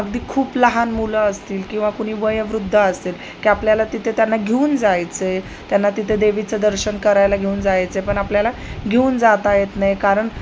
अगदी खूप लहान मुलं असतील किंवा कुणी वयोवृद्ध असेतील की आपल्याला तिते त्यांना घेऊन जायचं त्यांना तिथे देवीचं दर्शन करायला घेऊन जायचं पण आपल्याला घेऊन जाता येत नाही कारण